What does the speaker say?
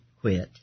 quit